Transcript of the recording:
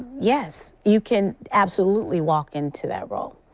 yes, you can absolutely walked into that role.